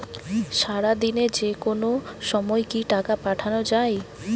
সারাদিনে যেকোনো সময় কি টাকা পাঠানো য়ায়?